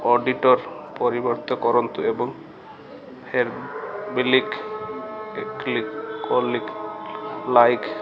auditor ପରିବର୍ତ୍ତ କରନ୍ତୁ ଏବଂ ଫେବିଲିକ୍ ଏକିଲିକ୍ ଲାଇକ୍